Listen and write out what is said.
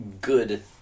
good